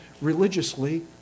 religiously